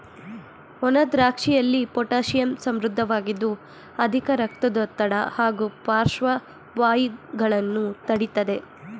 ಒಣದ್ರಾಕ್ಷಿಯಲ್ಲಿ potassium ಸಮೃದ್ಧವಾಗಿದ್ದು ಅಧಿಕ ರಕ್ತದೊತ್ತಡ ಹಾಗೂ ಪಾರ್ಶ್ವವಾಯುಗಳನ್ನು ತಡಿತದೆ